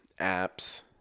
apps